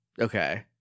Okay